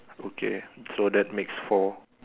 okay so that makes four